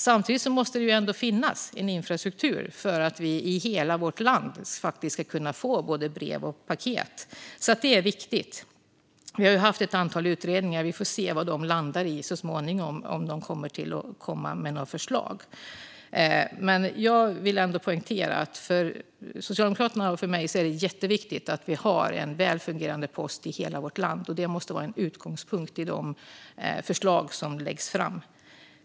Samtidigt måste det ändå finnas en infrastruktur för att vi i hela vårt land ska kunna få både brev och paket. Det är alltså viktigt. Det finns ett antal utredningar. Vi får se vad de landar i så småningom och om de kommer med några förslag, men jag vill ändå poängtera att för Socialdemokraterna och mig är det jätteviktigt med en väl fungerande post i hela landet. Det måste vara utgångspunkten i förslagen som läggs fram.